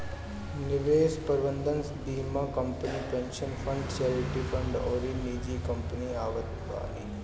निवेश प्रबंधन बीमा company, pension fund, charity fund अउरी निजी कंपनी आवत बानी